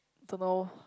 don't know